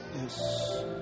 yes